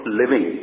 living